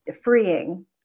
freeing